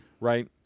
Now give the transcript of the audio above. right